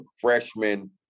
freshman